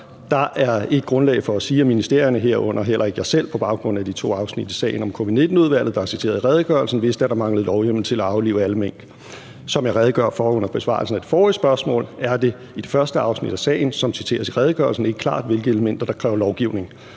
Der er ikke grundlag for at sige, at ministerierne, herunder heller ikke jeg selv, på baggrund af de to afsnit i sagen om Covid-19-udvalget, der er citeret i redegørelsen, vidste, at der manglede lovhjemmel til at aflive alle mink. Som jeg redegjorde for under besvarelsen af det forrige spørgsmål, er det i det første afsnit af sagen, som citeres i redegørelsen, ikke klart, hvilke elementer der kræver lovgivning.